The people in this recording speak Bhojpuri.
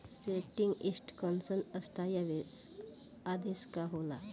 स्टेंडिंग इंस्ट्रक्शन स्थाई आदेश का होला?